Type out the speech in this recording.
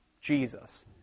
Jesus